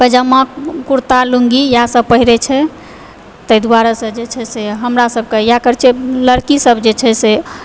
पैजामा कुर्ता लुंगी इएहसभ पहिरय छै तै दुआरेसँ जे छै से हमरा सभकऽ इएह कल्चर लड़कीसभ जे छै से